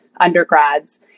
undergrads